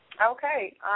Okay